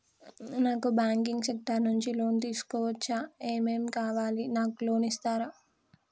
నాకు banking sector నుంచి loan తీసుకోవచ్చా? ఏమేం కావాలి? నాకు లోన్ ఇస్తారా?